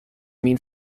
means